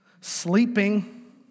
sleeping